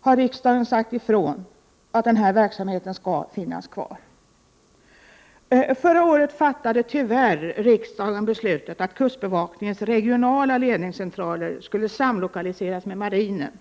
har riksdagen förklarat att denna verksamhet skall finnas kvar. Förra året fattade riksdagen tyvärr det beslutet att kustbevakningens regionala ledningscentraler skulle samlokaliseras med marinen.